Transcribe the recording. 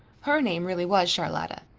her name really was charlotta.